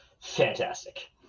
Fantastic